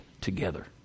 together